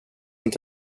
inte